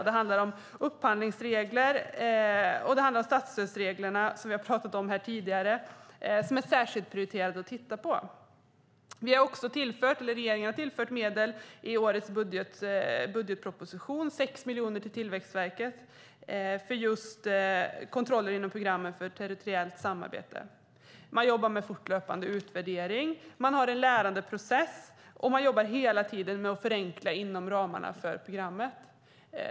Det handlar om upphandlingsregler och om de statsstödsregler som vi tidigare här talat om som särskilt prioriterade att titta på. I årets budgetproposition tillför regeringen 6 miljoner kronor till Tillväxtverket avsedda för kontroller inom programmet för territoriellt samarbete. Man jobbar med fortlöpande utvärdering. Man har en lärandeprocess, och hela tiden jobbar man med att förenkla inom ramarna för programmet.